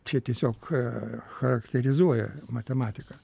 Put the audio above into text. čia tiesiog charakterizuoja matematika